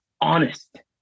honest